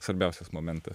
svarbiausias momentas